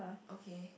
okay